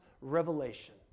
revelation